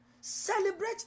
Celebrate